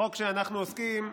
החוק שאנחנו עוסקים,